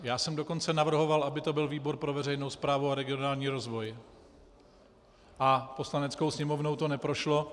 Já jsem dokonce navrhoval, aby to byl výbor pro veřejnou správu a regionální rozvoj, a Poslaneckou sněmovnou to neprošlo.